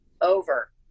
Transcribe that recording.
over